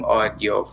audio